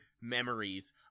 memories